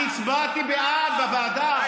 אני הצבעתי בעד בוועדה.